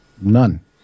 None